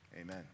amen